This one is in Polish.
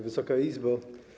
Wysoka Izbo!